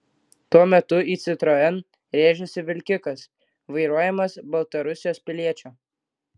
tuo metu į citroen rėžėsi vilkikas vairuojamas baltarusijos piliečio